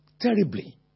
terribly